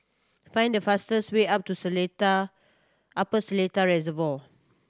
find the fastest way up to Seletar Upper Seletar Reservoir